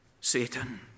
Satan